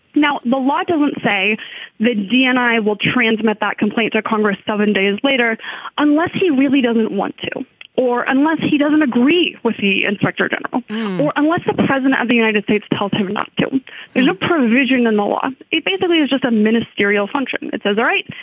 now the law doesn't say the dni will transmit that complaint to congress seven days later unless he really doesn't want to or unless he doesn't agree with the inspector general um or unless the president of the united states tells him not to. there's a provision in the law it basically is just a ministerial function that says all right.